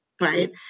right